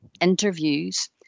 interviews